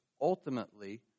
ultimately